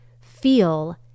feel